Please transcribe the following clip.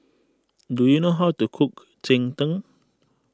do you know how to cook Cheng Tng